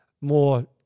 more